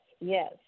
yes